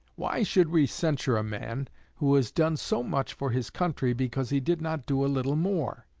why should we censure a man who has done so much for his country because he did not do a little more?